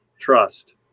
trust